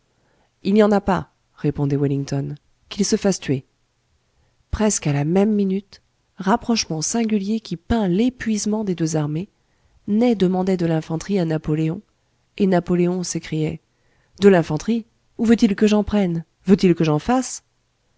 il n'y en a pas répondait wellington qu'il se fasse tuer presque à la même minute rapprochement singulier qui peint l'épuisement des deux armées ney demandait de l'infanterie à napoléon et napoléon s'écriait de l'infanterie où veut-il que j'en prenne veut-il que j'en fasse